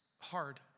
hard